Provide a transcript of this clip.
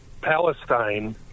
Palestine